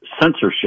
censorship